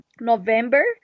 November